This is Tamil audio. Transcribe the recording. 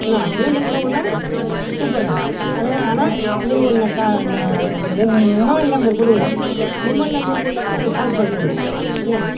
என்ன மீண்டும் கூட உன்னை கூப்புடுறேங்க அது ஆனால் நீ உன்ன க ந மொ மொபைல் நம்பர் கொடுங்க மொபைல் நம்பர் கொடுத்தா நான் கால் பண்ணுறேங்க என்ன